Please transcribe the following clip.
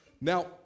Now